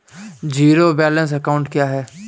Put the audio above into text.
Zero balance account क्या है?